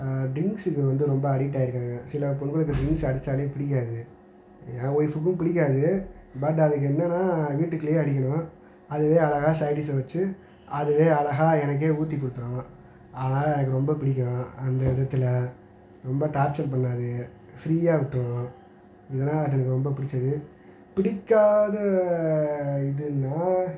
ட்ரிங்க்ஸ்சுக்கு வந்து ரொம்ப அடிக்ட் ஆகிருக்காங்க சில பொண்ணுங்களுக்கு ட்ரிங்க்ஸ் அடித்தாலே பிடிக்காது என் ஒய்ஃபுக்கும் பிடிக்காது பட் அதுக்கு என்னென்னா வீட்டுக்குள்ளேயே அடிக்கணும் அதுவே அழகா சைட் டிஸ்ஸை வச்சு அதுவே அழகா எனக்கே ஊற்றி கொடுத்துரும் அதனால் எனக்கு ரொம்ப பிடிக்கும் அந்த விதத்தில் ரொம்ப டார்ச்சர் பண்ணாது ஃப்ரீயாக விட்டுரும் இதெல்லாம் அவள்ட்ட எனக்கு ரொம்ப பிடிச்சது பிடிக்காத இதுனால்